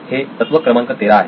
हे तत्व क्रमांक 13 आहे